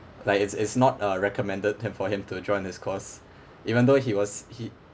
like it's it's not a recommended him for him to join this course even though he was he